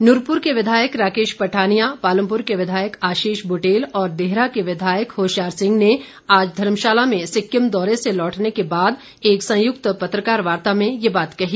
नूरपुर के विधायक राकेश पठानिया पालमपुर के विधायक आशीष बुटेल और देहरा के विधायक होशियार सिंह ने आज धर्मशाला में सिक्किम दौरे से लौटने के बाद एक संयुक्त पत्रकार वार्ता में ये बात कही